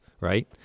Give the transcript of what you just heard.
right